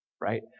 right